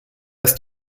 ist